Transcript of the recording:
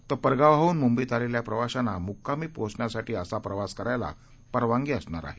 तरपरगावाहूनमुंबईतउतरलेल्याप्रवाशांनामुक्कामीपोहोचण्यासाठीअसाप्रवासकरायलापरवानगीअसणारआहे